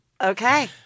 Okay